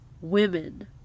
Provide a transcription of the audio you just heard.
women